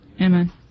Amen